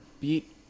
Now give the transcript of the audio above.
beat